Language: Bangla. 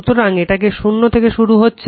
সুতরাং এটা শূন্য থেকে শুরু হচ্ছে